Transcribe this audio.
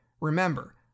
Remember